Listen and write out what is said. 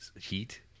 heat